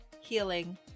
healing